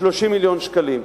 30 מיליון שקלים.